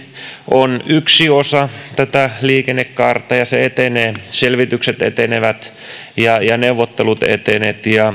on yksi osa liikennekaarta ja se etenee selvitykset etenevät ja ja neuvottelut etenevät ja